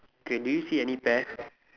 okay do you see any pear